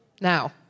Now